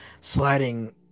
sliding